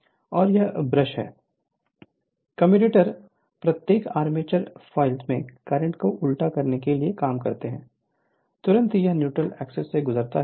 Refer Slide Time 0153 commutator प्रत्येक armature coil में current को उल्टा करने के लिए काम करते हैं तुरंत ही यह न्यूट्रल एक्सेस से गुजरता है